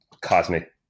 cosmic